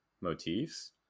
motifs